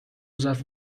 ظرف